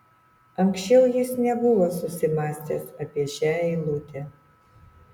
anksčiau jis nebuvo susimąstęs apie šią eilutę